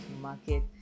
market